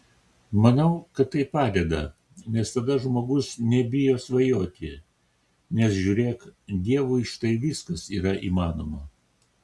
manau kad tai padeda nes tada žmogus nebijo svajoti nes žiūrėk dievui štai viskas yra įmanoma